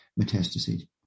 metastases